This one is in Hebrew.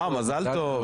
מזל טוב.